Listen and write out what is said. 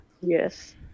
Yes